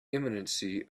immensity